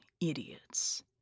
idiots